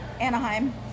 Anaheim